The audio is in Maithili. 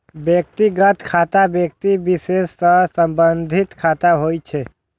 व्यक्तिगत खाता व्यक्ति विशेष सं संबंधित खाता होइ छै